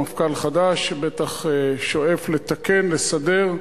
מפכ"ל חדש שבטח שואף לתקן ולסדר,